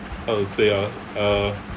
how to say ah uh